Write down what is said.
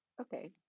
okay